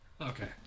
Okay